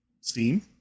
Steam